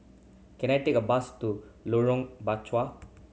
can I take a bus to Lorong Bachok